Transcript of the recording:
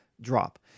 drop